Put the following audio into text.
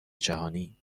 جهانی